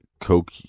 coke